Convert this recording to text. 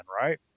right